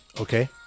Okay